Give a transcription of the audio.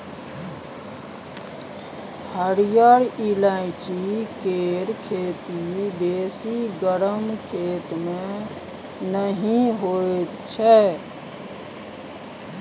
हरिहर ईलाइची केर खेती बेसी गरम खेत मे नहि होइ छै